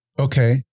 Okay